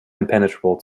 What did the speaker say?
impenetrable